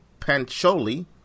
Pancholi